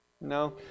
No